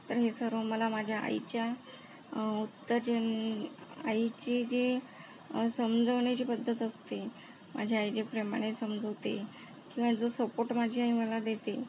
तर हे सर्व मला माझ्या आईच्या उत्तेजन आईची जी समजवण्याची पद्धत असते माझी आई जे प्रेमाने समजवते किंवा जो सपोर्ट माझी आई मला देते